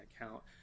account